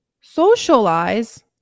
socialize